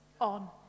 on